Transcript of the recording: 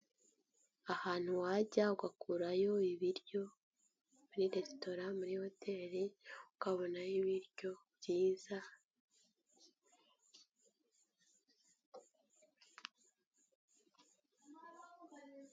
Ahantu wajya ugakurayo ibiryo, muri resitora, muri hoteli, ukabonayo ibiryo byiza.